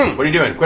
what are you doing?